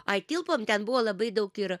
ai tilpom ten buvo labai daug ir